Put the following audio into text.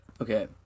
Okay